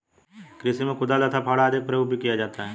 कृषि में कुदाल तथा फावड़ा आदि का प्रयोग भी किया जाता है